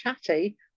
chatty